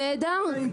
נהדר.